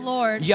Lord